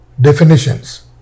definitions